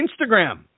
Instagram